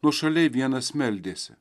nuošaliai vienas meldėsi